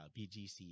BGC